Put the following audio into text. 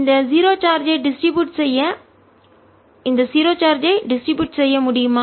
இந்த 0 சார்ஜ் ஐ டிஸ்ட்ரிபியூட் செய்ய விநியோகிக்க முடியுமா